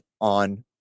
on